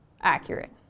accurate